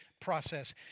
process